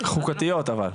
חוקתיות, אבל.